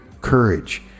courage